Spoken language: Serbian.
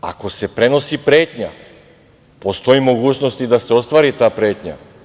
Ako se prenosi pretnja, postoji mogućnost i da se ostvari ta pretnja.